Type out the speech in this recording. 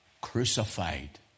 crucified